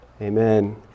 Amen